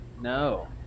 no